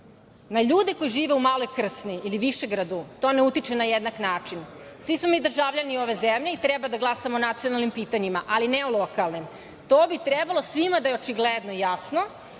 Na ljude koji žive u Maloj Krsni ili Višegradu to ne utiče na jedan način. Svi smo mi državljani ove zemlje i treba da glasamo o nacionalnim pitanjima, ali ne o lokalnim. To bi trebalo svima da je očigledno i jasno,